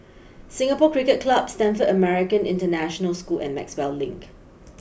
Singapore Cricket Club Stamford American International School and Maxwell Link